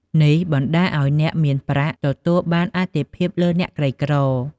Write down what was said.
នេះបណ្ដាលឲ្យអ្នកមានប្រាក់ទទួលបានអាទិភាពលើអ្នកក្រីក្រ។